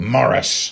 Morris